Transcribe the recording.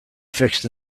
fixed